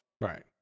Right